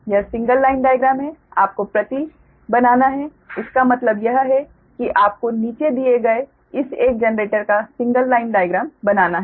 यह single line diagram है आपको प्रति बनाना है इसका मतलब यह है कि आपको नीचे दिए गए इस एक जनरेटर का सिंगल लाइन डायग्राम बनाना है